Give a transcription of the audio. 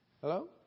hello